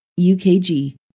UKG